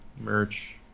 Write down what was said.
merch